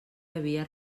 havia